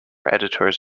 editors